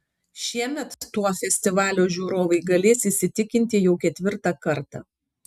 šiemet tuo festivalio žiūrovai galės įsitikinti jau ketvirtą kartą